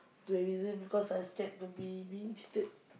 the reason because I scared to be being cheated